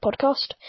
podcast